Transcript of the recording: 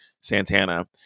Santana